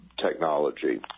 Technology